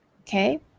okay